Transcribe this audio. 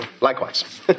Likewise